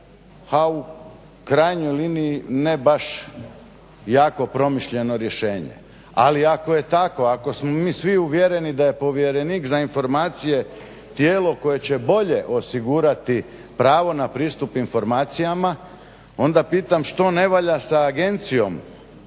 ha u krajnjoj liniji ne baš jako promišljeno rješenje. Ali ako je tako, ako smo mi svi uvjereni da je povjerenik za informacije tijelo koje će bolje osigurati pravo na pristup informacijama onda pitam što ne valja sa agencijom